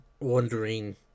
wondering